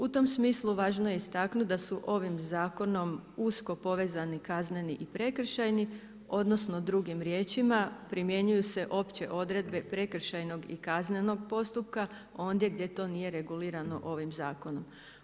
U tom smislu važno je istaknuti da su ovim zakonom usko povezani kazneni i prekršajni, odnosno drugim riječima, primjenjuju se opće odredbe prekršajnog i kaznenog postupka, ondje gdje to nije regulirano ovim zakonom.